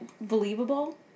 believable